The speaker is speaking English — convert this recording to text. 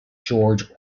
george